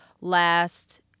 last